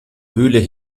höhle